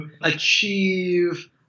achieve